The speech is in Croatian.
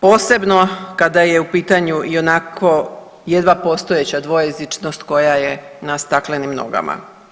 Posebno kada je u pitanju i onako jedva postojeća dvojezičnost koja je na staklenim nogama.